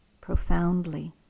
profoundly